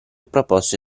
proposte